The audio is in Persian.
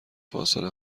فاصله